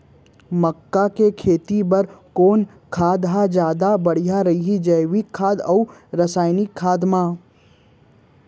मक्का के खेती बर कोन खाद ह जादा बढ़िया रही, जैविक खाद अऊ रसायनिक खाद मा?